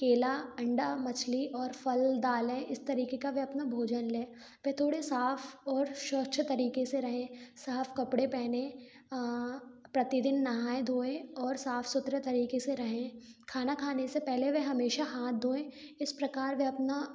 केला अंडा मछली और फ़ल दालें इस तरीके का वे अपना भोजन लें फिर थोड़े साफ़ और स्वच्छ तरीके से रहें साफ कपडे़ पहने प्रतिदिन नहाएँ धोएँ और साफ़ सुथरे तरीके से रहें खाना खाने से पहले वे हमेशा हाथ धोएँ इस प्रकार वे अपना